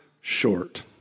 short